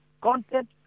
content